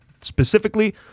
specifically